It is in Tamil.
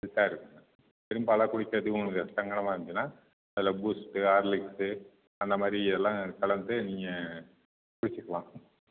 ஃபிட்டாக இருக்குங்க வெறும் பாலாக குடிக்கிறதுக்கு உங்களுக்கு சங்கடமாக இருந்துச்சுன்னா அதில் பூஸ்ட்டு ஹார்லிக்ஸ்ஸு அந்த மாதிரி எல்லாம் கலந்து நீங்கள் குடிச்சிக்கலாம்